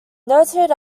noted